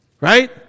Right